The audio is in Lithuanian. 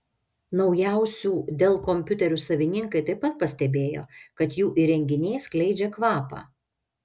naujausių dell kompiuterių savininkai taip pat pastebėjo kad jų įrenginiai skleidžia kvapą